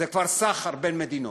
זה כבר סחר בין מדינות.